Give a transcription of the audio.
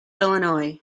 illinois